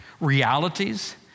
realities